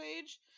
page